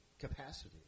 capacity